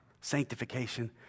sanctification